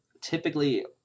typically